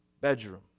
bedroom